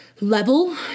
level